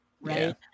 Right